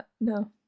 No